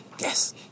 yes